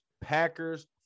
Packers